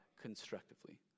constructively